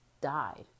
died